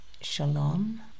shalom